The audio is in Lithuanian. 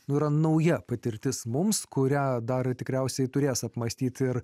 nu yra nauja patirtis mums kurią daro tikriausiai turės apmąstyti ir